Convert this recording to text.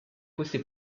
questi